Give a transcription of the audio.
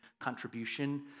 contribution